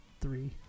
three